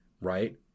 right